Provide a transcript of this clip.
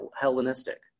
Hellenistic